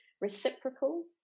reciprocal